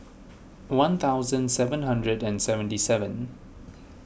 one thousand seven hundred and seventy seven